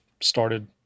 started